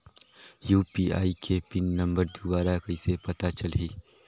UPI के pin number दुबारा कइसे पता चलही?